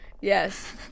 Yes